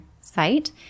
site